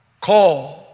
call